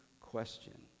question